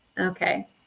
Okay